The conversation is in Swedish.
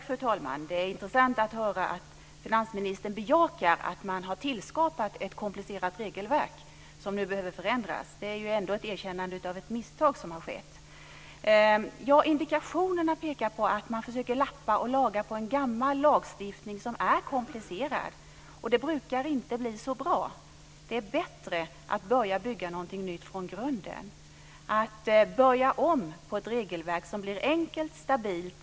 Fru talman! Det är intressant att höra att finansministern bejakar att man har tillskapat ett komplicerat regelverk som nu behöver förändras. Det är ändå ett erkännande av att ett misstag har skett. Indikationerna pekar på att man försöker lappa och laga en gammal lagstiftning som är komplicerad. Det brukar inte bli så bra. Det är bättre att bygga något nytt från grunden, att börja om på ett regelverk som blir enkelt och stabilt.